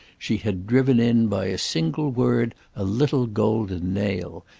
she had driven in by a single word a little golden nail,